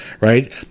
right